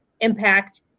impact